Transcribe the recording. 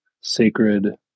sacred